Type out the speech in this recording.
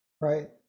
right